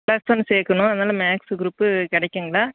plus one சேர்க்கணும் அதனால் maths group கிடைக்குங்களா